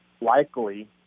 likely